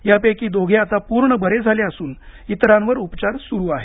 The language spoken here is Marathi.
यापैकी दोघे आता पूर्ण बरे झाले असून इतरांवर उपचार सुरू आहेत